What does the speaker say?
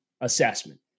assessment